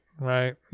right